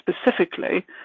specifically